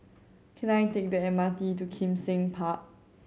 can I take the M R T to Kim Seng Park